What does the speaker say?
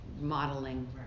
modeling